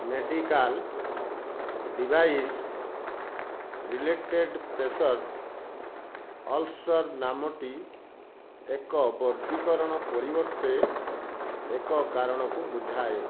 medical device related pressure ulcer ନାମଟି ଏକ ବର୍ଗୀକରଣ ପରିବର୍ତ୍ତେ ଏକ କାରଣକୁ ବୁଝାଏ